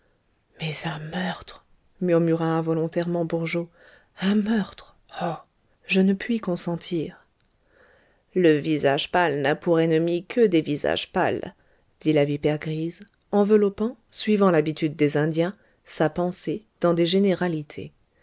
mais un meurtre murmura involontairement bourgeot un meurtre oh je ne puis consentir le visage pâle n'a pour ennemis que des visages pâles dit la vipère grise enveloppant suivant l'habitude des indiens sa pensée dans des généralités